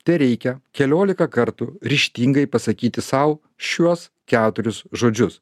tereikia keliolika kartų ryžtingai pasakyti sau šiuos keturis žodžius